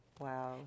wow